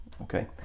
okay